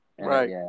Right